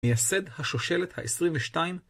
מייסד השושלת ה-22